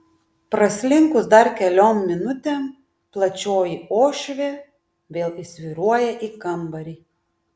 praslinkus dar keliom minutėm plačioji uošvė vėl įsvyruoja į kambarį